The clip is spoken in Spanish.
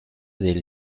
del